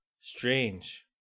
strange